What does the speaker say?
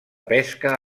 pesca